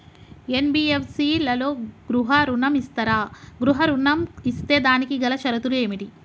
NBFC లలో గృహ ఋణం ఇస్తరా? గృహ ఋణం ఇస్తే దానికి గల షరతులు ఏమిటి?